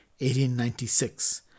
1896